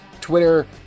Twitter